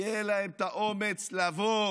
יהיה להם את האומץ לבוא